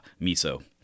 MISO